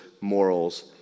morals